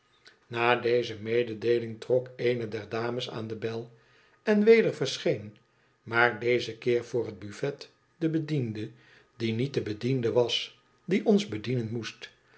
na deze mededeoling trok eene der dames aan de bel en weder verscheen maar deze keer voor het buffet de bediende die niet de bediende was die ons bedienen moest